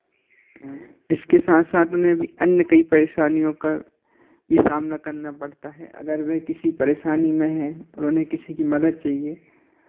इसके साथ साथ उन्हें भी अन्य कई परेशानियों का सामना करना पड़ता है अगर वे किसी परेशानी में हैं और उन्हें किसी की मदद चाहिए